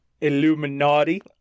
Illuminati